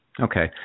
Okay